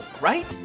right